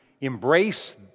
embrace